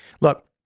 Look